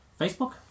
facebook